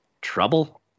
trouble